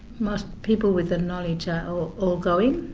most people with the knowledge ah are all going.